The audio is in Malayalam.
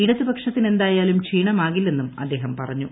ഇടതുപക്ഷത്തിന് എന്ത്രായാലും ക്ഷീണമാകില്ലെന്നും അദ്ദേഹം പൂറിഞ്ഞു